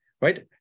right